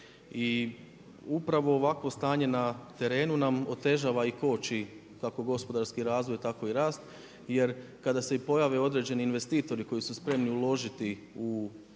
I upravo ovakvo stanje na terenu nam otežava i koči kako gospodarski razvoj tako i rast jer kada se pojave i određeni investitori koji su spremni uložiti u razvoj